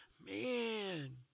man